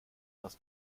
das